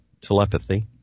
telepathy